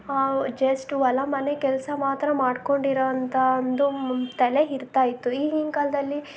just ಹೊಲ ಮನೆ ಕೆಲಸ ಮಾತ್ರ ಮಾಡಿಕೊಂಡಿರೋಂಥ ಒಂದು ತಲೆ ಇರ್ತಾ ಇತ್ತು ಈಗಿನ ಕಾಲದಲ್ಲಿ